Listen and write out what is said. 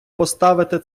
поставити